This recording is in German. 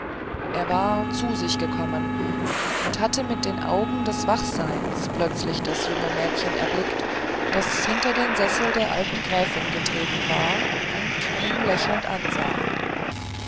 er war zu sich gekommen und hatte mit den augen des wachseins plötzlich das junge mädchen erblickt das hinter den sessel der alten gräfin getreten war und ihn lächelnd ansah